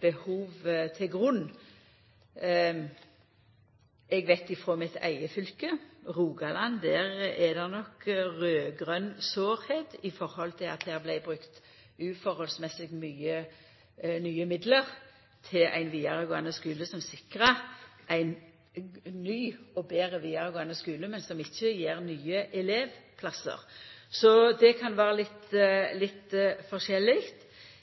behov til grunn. Eg veit frå mitt eige fylke, Rogaland, at der er det noko raud-grøn sårheit i forhold til at det blir brukt uforholdsmessig mykje nye midlar til ein vidaregåande skule som sikrar ein ny og betre vidaregåande skule, men som ikkje gjev nye elevplassar. Så det kan vera litt forskjellig,